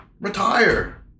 Retire